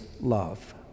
love